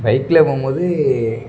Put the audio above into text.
பைக்ல போகும்போது